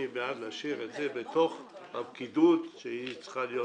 אני בעד להשאיר בפקידות שהיא צריכה להיות